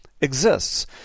exists